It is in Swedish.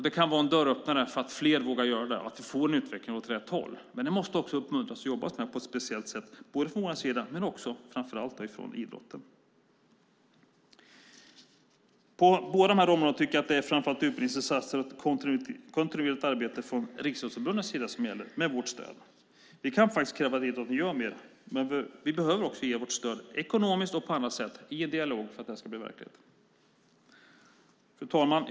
Det kan bli en dörröppnare för fler att våga göra det så att vi får en utveckling åt rätt håll, men det måste också uppmuntras och jobbas med på ett speciellt sätt både från vår sida och framför allt från idrottens sida. På de här områdena är det framför allt utbildningsinsatser och ett kontinuerligt arbete, med vårt stöd, från Riksidrottsförbundets sida som gäller. Vi kan kräva att idrotten gör mer, men vi behöver också ge vårt stöd, ekonomiskt och på annat sätt, i en dialog för att detta ska bli verklighet. Fru talman!